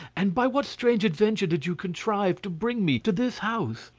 and by what strange adventure did you contrive to bring me to this house?